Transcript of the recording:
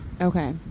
Okay